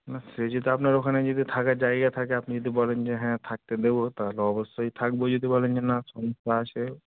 না সে যদি আপনার ওখানে যদি থাকার জায়গা থাকে আপনি যদি বলেন যে হ্যাঁ থাকতে দেবো তাহলে অবশ্যই থাকবো যদি বলেন যে না সমস্যা আছে